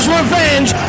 revenge